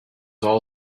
all